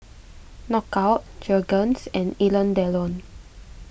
Knockout Jergens and Alain Delon